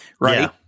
right